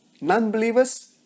non-believers